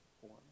form